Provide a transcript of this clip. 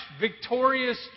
victorious